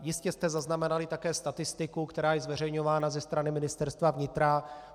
Jistě jste zaznamenali také statistiku, která je zveřejňována ze strany Ministerstva vnitra.